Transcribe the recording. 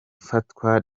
ifatwa